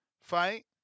fight